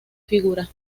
figura